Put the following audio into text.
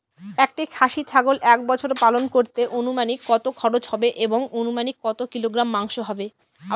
একটি খাসি ছাগল এক বছর পালন করতে অনুমানিক কত খরচ হবে এবং অনুমানিক কত কিলোগ্রাম মাংস হবে?